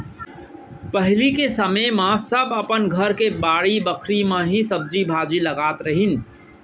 पहिली के समे म सब अपन घर के बाड़ी बखरी म ही सब्जी भाजी लगात रहिन